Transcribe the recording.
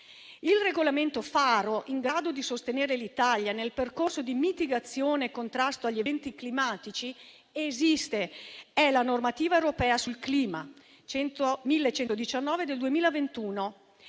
Il regolamento faro in grado di sostenere l'Italia nel percorso di mitigazione e contrasto agli eventi climatici esiste: è la normativa europea sul clima (il